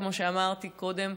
כמו שאמרתי קודם,